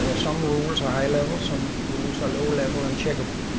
ah some rules are high level, some rules are low level and checkable.